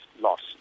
loss